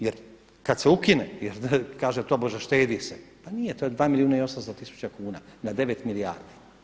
Jer kada se ukine, jer kaže tobože štedi se, pa nije to je 2 milijuna i 800 tisuća kuna na 9 milijardi.